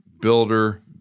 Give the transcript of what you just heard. builder